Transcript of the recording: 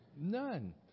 None